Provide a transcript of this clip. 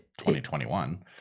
2021